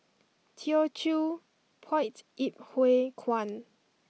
Teochew Poit Ip Huay Kuan